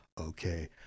okay